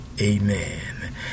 amen